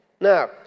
Now